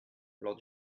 lors